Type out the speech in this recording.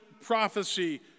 prophecy